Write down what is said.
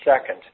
second